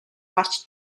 гарч